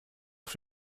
auf